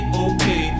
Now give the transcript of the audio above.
okay